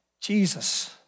Jesus